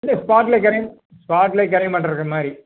இல்லை ஸ்பாட்லேயே கிரையம் ஸ்பாட்லேயே கிரையம் பண்ணுறதுக்கு மாதிரி